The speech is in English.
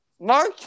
Mark